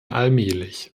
allmählich